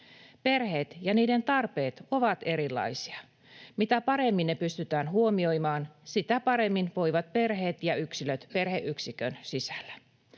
Perheet ja niiden tarpeet ovat erilaisia. Mitä paremmin ne pystytään huomioimaan, sitä paremmin voivat perheet ja yksilöt perheyksikön sisällä.